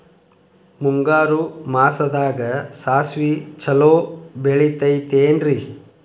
ಮುಂಗಾರು ಮಾಸದಾಗ ಸಾಸ್ವಿ ಛಲೋ ಬೆಳಿತೈತೇನ್ರಿ?